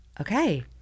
okay